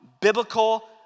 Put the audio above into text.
biblical